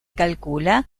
calcula